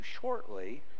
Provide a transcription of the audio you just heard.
shortly